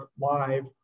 live